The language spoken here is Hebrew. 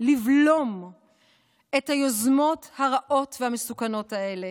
לבלום את היוזמות הרעות והמסוכנות האלה,